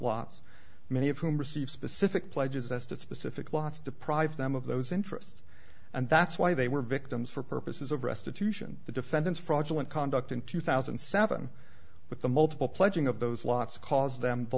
lots many of whom received specific pledges as to specific law to deprive them of those interest and that's why they were victims for purposes of restitution the defendants fraudulent conduct in two thousand and seven with the multiple pledging of those lots caused them the